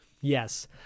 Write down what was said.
Yes